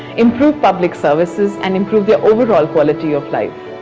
improve public services, and improve their overall quality of life.